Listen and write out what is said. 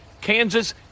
Kansas